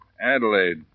Adelaide